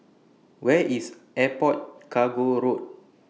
Where IS Airport Cargo Road